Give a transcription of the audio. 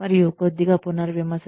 మరియు కొద్దిగా పునర్విమర్శ